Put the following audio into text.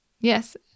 yes